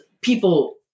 people